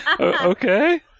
Okay